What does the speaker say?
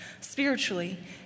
spiritually